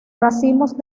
racimos